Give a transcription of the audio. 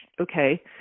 okay